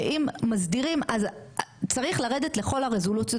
שאם מסדירים אז צריך לרדת לכל הרזולוציות